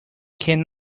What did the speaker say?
can